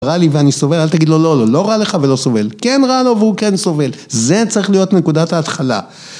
רע לי ואני סובל, אל תגיד לו לא, לא, לא רע לך ולא סובל כן רע לו והוא כן סובל זה צריך להיות נקודת ההתחלה